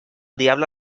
diable